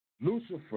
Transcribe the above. Lucifer